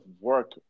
work